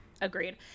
agreed